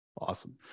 Awesome